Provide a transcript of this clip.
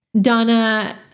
Donna